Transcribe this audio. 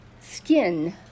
skin